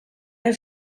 den